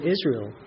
Israel